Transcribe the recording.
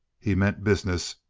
he meant business,